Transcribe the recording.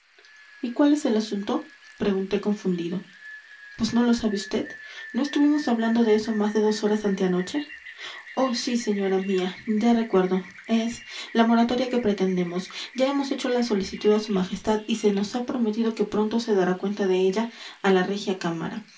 y cuál es el asunto pregunté confundido pues no lo sabe vd no estuvimos hablando de eso más de dos horas anteanoche oh sí señora mía ya recuerdo es la moratoria que pretendemos ya hemos hecho la solicitud a su majestad y se nos ha prometido que pronto se dará cuenta de ella a la regia cámara